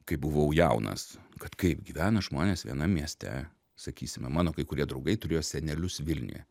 kai buvau jaunas kad kaip gyvena žmonės vienam mieste sakysime mano kai kurie draugai turėjo senelius vilniuje